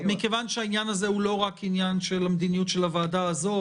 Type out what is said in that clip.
מכיוון שהעניין הזה הוא לא רק עניין של מדיניות הוועדה הזו,